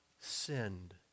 sinned